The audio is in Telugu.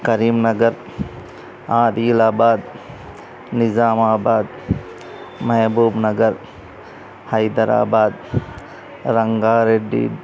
కరీంనగర్ అదిలాబాద్ నిజామాబాద్ మహబూబ్నగర్ హైదరాబాద్ రంగారెడ్డి